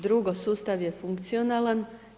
Drugo, sustav je funkcionalan.